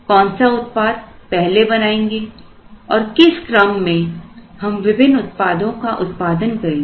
कौन सा उत्पाद पहले बनाएंगे और किस क्रम में हम विभिन्न उत्पादों का उत्पादन करेंगे